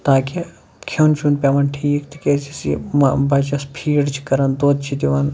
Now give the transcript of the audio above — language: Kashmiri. تاکہِ کھٮ۪ون چھُنہٕ پٮ۪وان ٹھیٖک تِکیٛازِ یُس یہِ بچَس فیٖڈ چھِ کَران دۄد چھِ دِوان